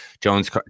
Jones